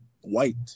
white